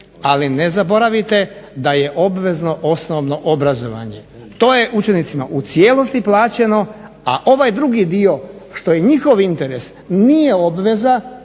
ali ne zaboravite da je obvezno osnovno obrazovanje. To je učenicima u cijelosti plaćeno, a ovaj drugi dio što je njihov interes nije obveza